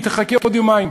היא תחכה עוד יומיים.